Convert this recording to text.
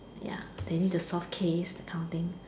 ya they need to solve case that kind of thing